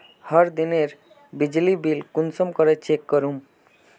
हर दिनेर बिजली बिल कुंसम करे चेक करूम?